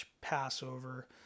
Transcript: Passover